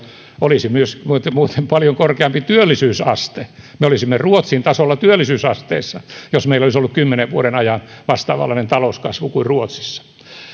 olisi myös muuten paljon korkeampi työllisyysaste me olisimme ruotsin tasolla työllisyysasteessa jos meillä olisi ollut kymmenen vuoden ajan vastaavanlainen talouskasvu kuin ruotsissa